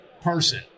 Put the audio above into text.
person